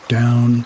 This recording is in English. down